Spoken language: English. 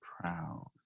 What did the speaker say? proud